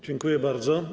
Dziękuję bardzo.